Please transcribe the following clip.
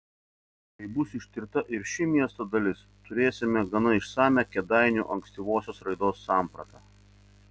kai bus ištirta ir ši miesto dalis turėsime gana išsamią kėdainių ankstyvosios raidos sampratą